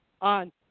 on